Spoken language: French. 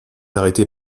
arrêté